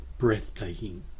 breathtaking